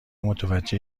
متوجه